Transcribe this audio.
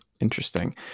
interesting